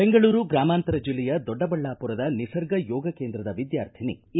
ಬೆಂಗಳೂರು ಗ್ರಾಮಾಂತರ ಜಿಲ್ಲೆಯ ದೊಡ್ಡಬಳ್ಳಾಪುರದ ನಿರ್ಸರ್ಗ ಯೋಗ ಕೇಂದ್ರದ ವಿದ್ಯಾರ್ಥಿನಿ ಎ